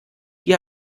die